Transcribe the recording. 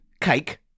cake